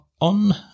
on